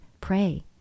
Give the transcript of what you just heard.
pray